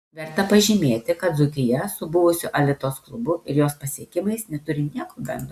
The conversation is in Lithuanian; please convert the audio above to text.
verta pažymėti kad dzūkija su buvusiu alitos klubu ir jo pasiekimais neturi nieko bendro